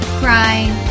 crying